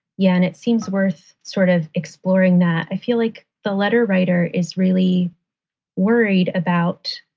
yeah. and it seems worth sort of exploring that. i feel like the letter writer is really worried about.